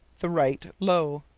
the right low.